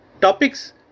topics